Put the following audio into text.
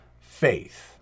faith